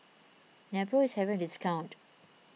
Nepro is having a discount